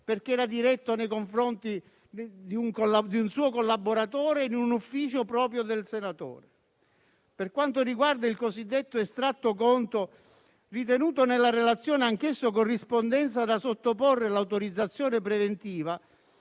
in quanto diretto nei confronti di un suo collaboratore, in un ufficio proprio del senatore. Per quanto riguarda il cosiddetto estratto conto, ritenuto nella relazione anch'esso corrispondenza da sottoporre all'autorizzazione preventiva,